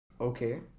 Okay